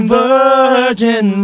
virgin